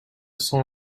cent